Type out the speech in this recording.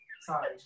Sorry